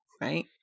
right